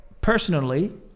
personally